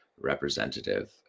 representative